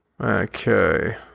Okay